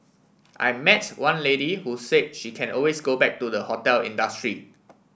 I met one lady who say she can always go back to the hotel industry